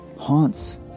haunts